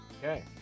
Okay